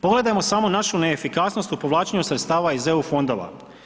Pogledajmo samo našu neefikasnost u povlačenju sredstava iz EU fondova.